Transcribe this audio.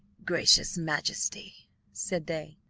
gracious majesty said they,